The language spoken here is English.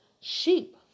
Sheep